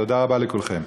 תודה רבה לכולכם.